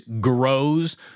grows